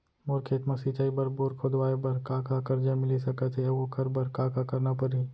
मोर खेत म सिंचाई बर बोर खोदवाये बर का का करजा मिलिस सकत हे अऊ ओखर बर का का करना परही?